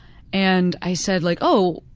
and i said, like oh,